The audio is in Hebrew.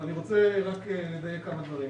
אני רוצה לדייק כמה דברים.